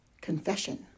confession